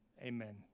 Amen